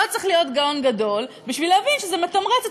לא צריך להיות גאון גדול בשביל להבין שזה מתמרץ את